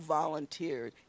volunteered